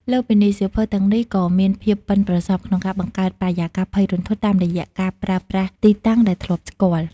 លើសពីនេះ សៀវភៅទាំងនេះក៏មានភាពប៉ិនប្រសប់ក្នុងការបង្កើតបរិយាកាសភ័យរន្ធត់តាមរយៈការប្រើប្រាស់ទីតាំងដែលធ្លាប់ស្គាល់។